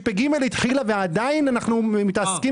ושנת תשפ"ג התחילה ועדיין אנחנו מתעסקים